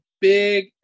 big